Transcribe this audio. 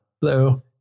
hello